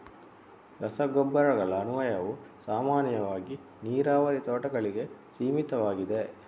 ರಸಗೊಬ್ಬರಗಳ ಅನ್ವಯವು ಸಾಮಾನ್ಯವಾಗಿ ನೀರಾವರಿ ತೋಟಗಳಿಗೆ ಸೀಮಿತವಾಗಿದೆ